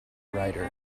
rider